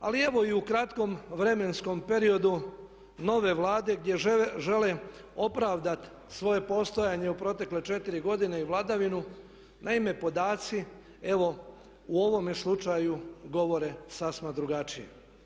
Ali evo i u kratkom vremenskom periodu nove Vlade gdje žele opravdati svoje postojanje u protekle 4 godine i vladavinu naime podaci evo u ovome slučaju govore sasma drugačije.